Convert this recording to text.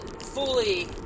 fully